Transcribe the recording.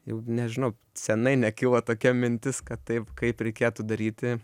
jau nežinau senai nekilo tokia mintis kad taip kaip reikėtų daryti